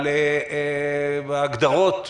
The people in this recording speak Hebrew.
אבל ההגדרות,